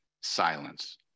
silence